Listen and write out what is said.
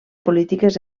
polítiques